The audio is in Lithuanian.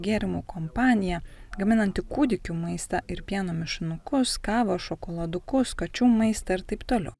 gėrimų kompanija gaminanti kūdikių maistą ir pieno mišinukus kavą šokoladukus kačių maistą ir taip toliau